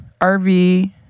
RV